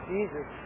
Jesus